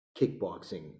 kickboxing